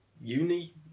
uni